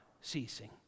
ceasing